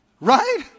Right